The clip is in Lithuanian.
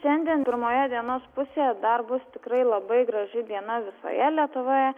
šiandien pirmoje dienos pusėje dar bus tikrai labai graži diena visoje lietuvoje